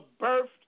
birthed